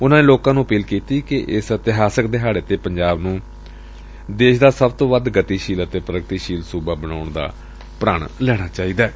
ਉਨਾਂ ਨੇ ਲੋਕਾਂ ਨੂੰ ਅਪੀਲ ਕੀਤੀ ਕਿ ਇਸ ਇਤਿਹਾਸਕ ਦਿਹਾੜੇ ਤੇ ਪੰਜਾਬ ਨੂੰ ਦੇਸ਼ ਦਾ ਸਭ ਤੋਂ ਵੱਧ ਗਤੀਸ਼ੀਲ ਅਤੇ ਪੁਗਤੀਸ਼ੀਲ ਸੁਬਾ ਬਣਾਉਣ ਦਾ ਪੁਣ ਲੈਣਾ ਚਾਹੀਦੈ